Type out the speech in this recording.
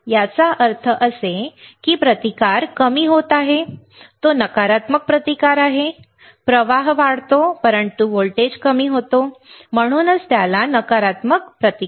याचा अर्थ जसे की प्रतिकार कमी होत आहे तो नकारात्मक प्रतिकार आहे प्रवाह वाढतो परंतु व्होल्टेज कमी होतो म्हणूनच त्याला म्हणतात नकारात्मक प्रतिकार